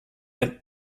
and